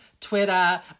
Twitter